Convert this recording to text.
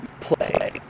play